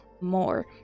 more